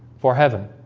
for heaven